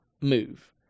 move